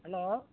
hello